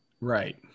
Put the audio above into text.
Right